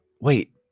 wait